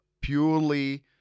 purely